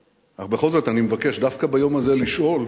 אבל בכל זאת אני מבקש, דווקא ביום הזה, לשאול